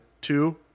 Two